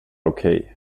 okej